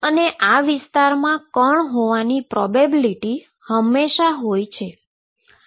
અને આ વિસ્તારમાં કણ હોવાની પ્રોબેબીલીટી હંમેશા હોય છે